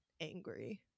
angry